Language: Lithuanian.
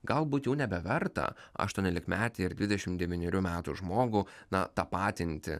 galbūt jau nebeverta aštuoniolikmetį ir davidešimt devynerių metų žmogų na tapatinti